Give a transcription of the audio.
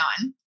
on